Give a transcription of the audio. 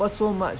what so much